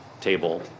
table